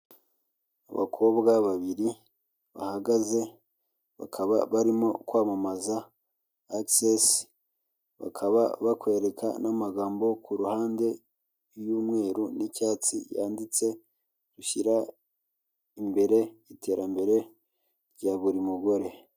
Abakobwa babiri bahagaze bakaba barimo kwamamaza Akisesi bakaba bakwereka n'amagambo ku ruhande y'umweru n'icyatsi yanditse "gushyira imbere iterambere rya buri mugore".